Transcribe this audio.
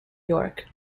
york